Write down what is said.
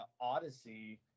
odyssey